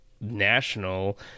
national